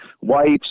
wipes